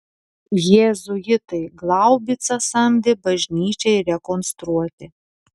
jėzuitai glaubicą samdė bažnyčiai rekonstruoti